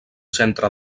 centre